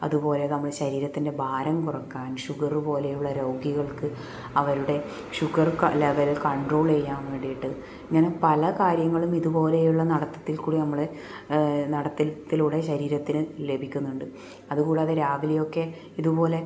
അതുപോലെ നമ്മുടെ ശരീരത്തിൻ്റെ ഭാരം കുറക്കാനും ഷുഗർ പോലെയുള്ള രോഗികൾക്ക് അവരുടെ ഷുഗർ ലെവൽ കൺട്രോൾ ചെയ്യാൻ വേണ്ടിയിട്ട് ഇങ്ങനെ പല കാര്യങ്ങളും ഇതുപോലെയുള്ള നടത്തത്തിൽ കൂടി നമ്മൾ നടത്തത്തിലൂടെ ശരീരത്തിന് ലഭിക്കുന്നുണ്ട് അതുകൂടാതെ രാവിലെയൊക്കെ ഇതുപോലെ